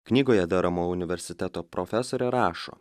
knygoje daramo universiteto profesorė rašo